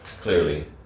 Clearly